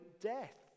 death